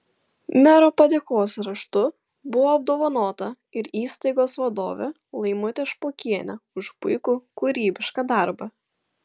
mero padėkos raštu buvo apdovanota ir įstaigos vadovė laimutė špokienė už puikų kūrybišką darbą